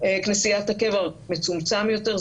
כנסיית הקבר מצומצם יותר,